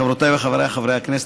חברותיי וחבריי חברי הכנסת,